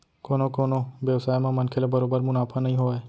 कोनो कोनो बेवसाय म मनसे ल बरोबर मुनाफा नइ होवय